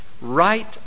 right